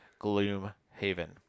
Gloomhaven